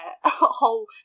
whole